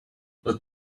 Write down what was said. but